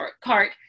cart